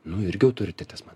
nu irgi autoritetas man